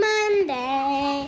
Monday